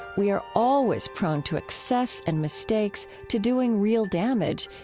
we are always prone to excess and mistakes, to doing real damage,